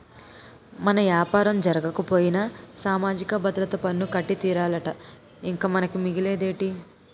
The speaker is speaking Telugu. మన యాపారం జరగకపోయినా సామాజిక భద్రత పన్ను కట్టి తీరాలట ఇంక మనకి మిగిలేదేటి